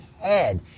head